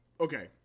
okay